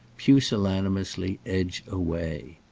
pusillanimously edge away.